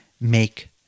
make